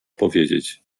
powiedzieć